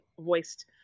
voiced